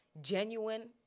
genuine